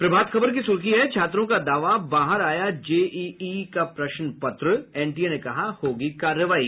प्रभात खबर की सुर्खी है छात्रों का दावा बाहर आया जेईई का प्रश्न पत्र एनटीए ने कहा होगी कार्रवाई